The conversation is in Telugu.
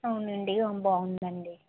అవునా అండీ బాగుందండీ